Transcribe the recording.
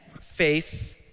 face